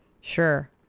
Sure